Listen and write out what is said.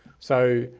so,